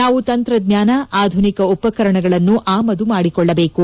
ನಾವು ತಂತ್ರಜ್ವಾನ ಆಧುನಿಕ ಉಪಕರಣಗಳನ್ನು ಆಮದು ಮಾಡಿಕೊಳ್ಳಬೇಕು